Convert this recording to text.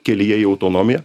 kelyje į autonomiją